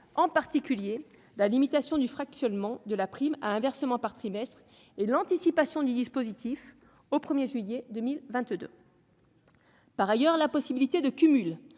en particulier la limitation du fractionnement de la prime à un versement par trimestre et l'anticipation du dispositif à la date du 1 juillet 2022. Par ailleurs, la possibilité de cumul